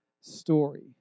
story